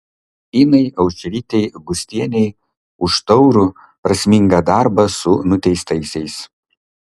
inai aušrytei gustienei už taurų prasmingą darbą su nuteistaisiais